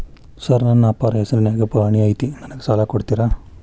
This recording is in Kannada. ಸರ್ ನನ್ನ ಅಪ್ಪಾರ ಹೆಸರಿನ್ಯಾಗ್ ಪಹಣಿ ಐತಿ ನನಗ ಸಾಲ ಕೊಡ್ತೇರಾ?